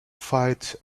fights